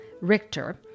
Richter